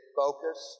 focus